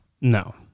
No